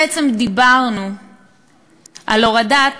אנחנו בעצם דיברנו על הורדת